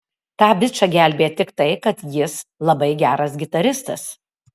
tą bičą gelbėja tik tai kad jis labai geras gitaristas